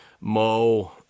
Mo